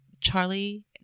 Charlie